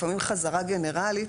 לפעמים חזרה גנרלית,